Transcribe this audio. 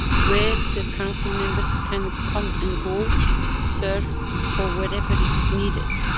where the council members can come and go to serve for wherever it's needed.